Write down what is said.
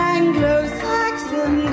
Anglo-Saxon